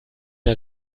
der